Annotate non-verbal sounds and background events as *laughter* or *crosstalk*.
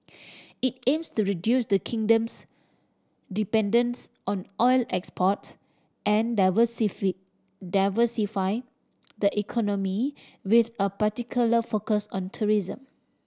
it aims to reduce the kingdom's dependence on oil exports and *unintelligible* diversify the economy with a particular focus on tourism